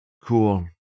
Cool